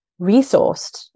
resourced